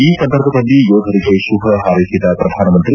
ಈ ಸಂದರ್ಭದಲ್ಲಿ ಯೋಧರಿಗೆ ಶುಭ ಪಾರೈಸಿದ ಪ್ರಧಾನಮಂತ್ರಿ